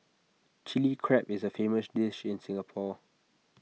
Chilli Crab is A famous dish in Singapore